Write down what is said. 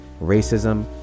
racism